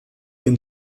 den